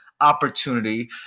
opportunity